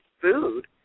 food